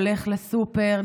הולך לסופר,